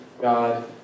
God